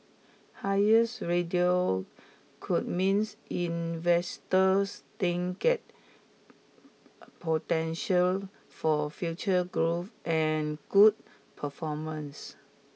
highers radio could means investors think got potential for future growth and good performance